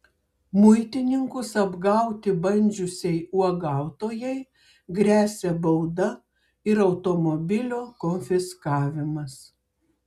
muitininkus apgauti bandžiusiai uogautojai gresia bauda ir automobilio konfiskavimas